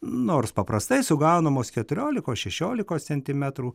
nors paprastai sugaunamos keturiolikos šešiolikos centimetrų